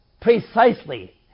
precisely